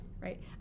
right